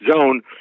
zone